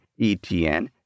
ETN